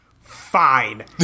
Fine